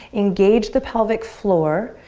engage the pelvic floor.